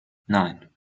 nein